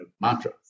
mantra